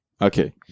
okay